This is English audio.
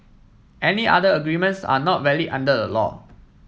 any other agreements are not valid under the law